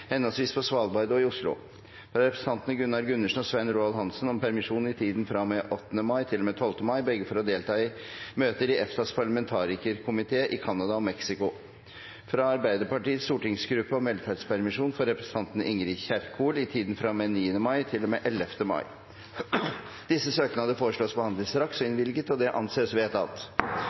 henholdsvis på Svalbard og i Oslo fra representantene Gunnar Gundersen og Svein Roald Hansen om permisjon i tiden fra og med 8. mai til og med 12. mai, begge for å delta i møter i EFTA-parlamentarikerkomiteen i Canada og Mexico fra Arbeiderpartiets stortingsgruppe om velferdspermisjon for representanten Ingrid Kjerkol i tiden fra og med 9. mai til og med 11. mai Etter forslag fra presidenten ble enstemmig besluttet: Søknadene behandles straks og